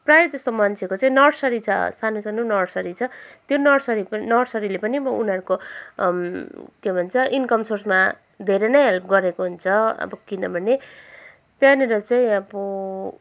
प्रायः जस्तो मान्छेको चाहिँ नर्सरी छ सानो सानो नर्सरी छ त्यो नर्सरी नर्सरीले पनि उनीहरूको के भन्छ इन्कम सोर्समा धेरै नै हेल्प गरेको हुन्छ अब किनभने त्यहाँनिर चाहिँ अब